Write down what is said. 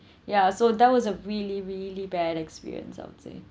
ya so that was a really really bad experience I would say